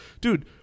dude